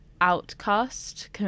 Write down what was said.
outcast